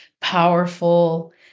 powerful